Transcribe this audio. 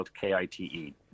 K-I-T-E